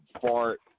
fart